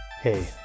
Hey